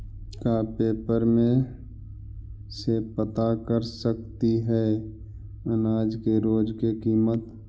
का पेपर में से पता कर सकती है अनाज के रोज के किमत?